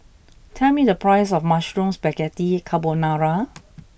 tell me the price of Mushroom Spaghetti Carbonara